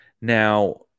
Now